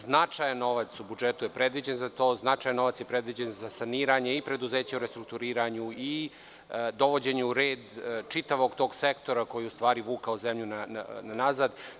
Značajan novac u budžetu je predviđen za to, značajan novac je predviđen za saniranje i preduzeća u restrukturiranju i dovođenje u red čitavog tog sektora koji je u stvari vukao zemlju nazad.